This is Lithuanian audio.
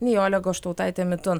nijolė goštautaitė mitun